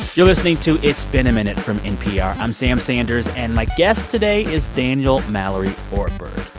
you're listening to it's been a minute from npr. i'm sam sanders. and my guest today is daniel mallory ortberg,